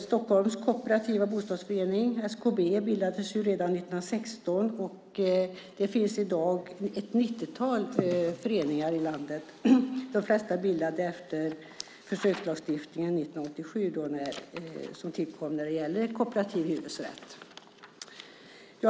Stockholms kooperativa bostadsförening, SKB, bildades redan 1916 och har i dag ett 90-tal föreningar i landet, de flesta bildade efter 1987 då en försökslagstiftning för kooperativ hyresrätt tillkom.